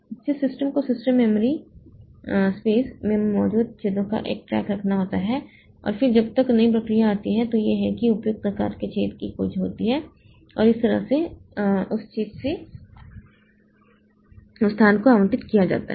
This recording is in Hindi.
इसलिए सिस्टम को सिस्टम मेमोरी स्पेस में मौजूद छेदों का ट्रैक रखना होता है और फिर जब एक नई प्रक्रिया आती है तो यह है कि वह उपयुक्त आकार के छेद की खोज करता है और इस तरह से उस छेद से उस स्थान को आवंटित किया जाता है